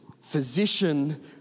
physician